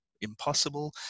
impossible